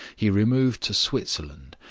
he removed to switzerland,